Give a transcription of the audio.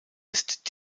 ist